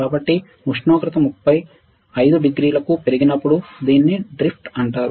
కాబట్టి ఉష్ణోగ్రత 35 డిగ్రీలకు పెరిగినప్పుడు దీనిని డ్రిఫ్ట్ అంటారు